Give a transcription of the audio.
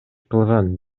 кылган